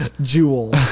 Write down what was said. Jewel